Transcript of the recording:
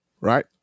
Right